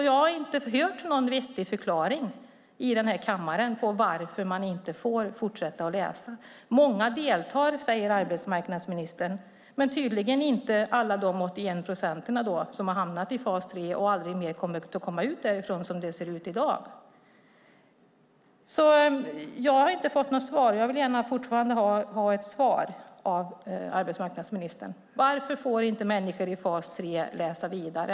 Jag har inte hört någon vettig förklaring i kammaren på varför de inte får fortsätta läsa. Många deltar, säger arbetsmarknadsministern, men tydligen inte alla de 81 procenten som har hamnat i fas 3 och aldrig mer kommer att ta sig ur som det ser ut i dag. Jag har inte fått något svar, och jag vill fortfarande gärna få ett svar från arbetsmarknadsministern. Varför får inte människor i fas 3 läsa vidare?